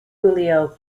julio